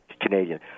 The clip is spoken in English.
Canadian